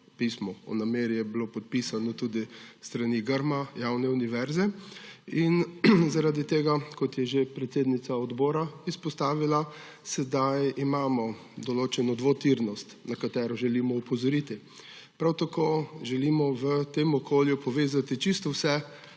pismo o nameri pa je bilo podpisano tudi s strani Grma, javne univerze. Zaradi tega, kot je že predsednica odbora izpostavila, imamo zdaj določeno dvotirnost, na katero želimo opozoriti. Prav tako želimo v tem okolju povezati čisto vse